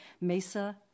Mesa